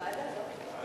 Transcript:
ועדה, לא?